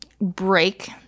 break